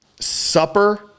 Supper